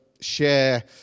share